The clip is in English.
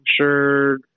sure